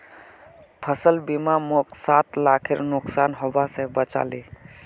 फसल बीमा मोक सात लाखेर नुकसान हबा स बचा ले